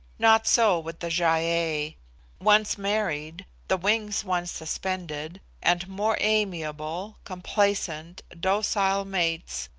not so with the gy-ei once married, the wings once suspended, and more amiable, complacent, docile mates,